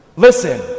Listen